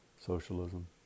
socialism